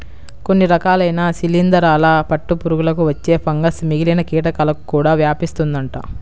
కొన్ని రకాలైన శిలీందరాల పట్టు పురుగులకు వచ్చే ఫంగస్ మిగిలిన కీటకాలకు కూడా వ్యాపిస్తుందంట